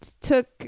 took